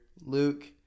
Luke